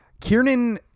Kiernan